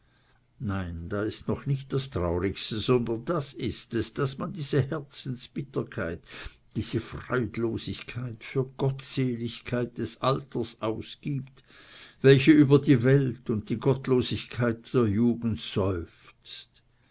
nein das ist noch nicht das traurigste sondern das ist es daß man diese herzensbitterkeit diese freudlosigkeit für gottseligkeit des alters ausgibt welche über die welt und die gottlosigkeit der jugend seufzt